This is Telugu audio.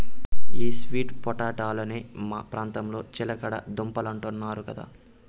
ఈ స్వీట్ పొటాటోలనే మా ప్రాంతంలో చిలకడ దుంపలంటున్నారు కదా